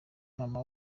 mama